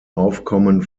aufkommen